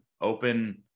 open